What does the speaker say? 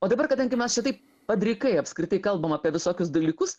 o dabar kadangi mes čia taip padrikai apskritai kalbam apie visokius dalykus